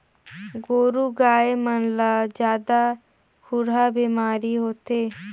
गोरु गाय मन ला जादा खुरहा बेमारी होथे